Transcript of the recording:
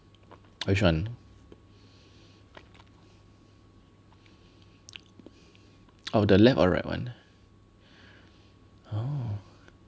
which one oh the left or right [one] oo